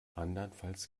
andernfalls